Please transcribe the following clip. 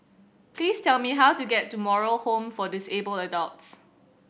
please tell me how to get to Moral Home for Disabled Adults